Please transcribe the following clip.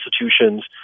institutions